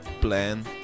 plan